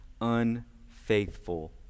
unfaithful